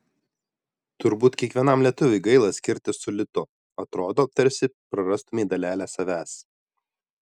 turbūt kiekvienam lietuviui gaila skirtis su litu atrodo tarsi prarastumei dalelę savęs